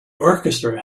orchestra